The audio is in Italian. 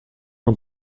non